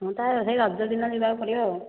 ହଁ ତା'ହେଲେ ରଜ ଦିନ ଯିବାକୁ ପଡ଼ିବ